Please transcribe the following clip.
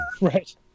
Right